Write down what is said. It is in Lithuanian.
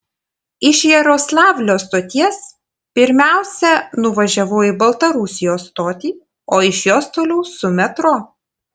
iš jaroslavlio stoties pirmiausia nuvažiavau į baltarusijos stotį o iš jos toliau su metro